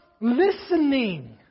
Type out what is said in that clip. listening